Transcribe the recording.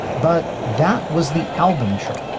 but that was the album chart.